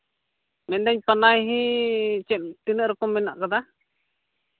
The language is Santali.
ᱢᱮᱱᱫᱟᱹᱧ ᱯᱟᱱᱟᱦᱤ ᱛᱤᱱᱟᱹᱜ ᱨᱚᱠᱚᱢ ᱢᱮᱱᱟᱜ ᱠᱟᱫᱟ